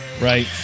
Right